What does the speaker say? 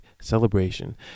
celebration